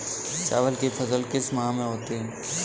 चावल की फसल किस माह में होती है?